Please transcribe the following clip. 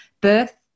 Birth